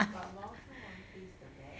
but mao shan wang taste the best